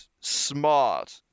smart